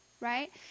right